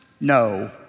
No